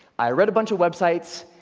i read a bunch of websites.